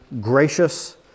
gracious